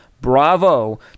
bravo